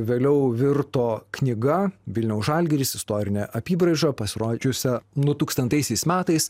vėliau virto knyga vilniaus žalgiris istorinė apybraiža pasirodžiusią du tūkstantaisiais metais